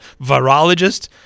virologist